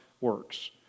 works